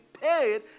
paid